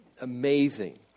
amazing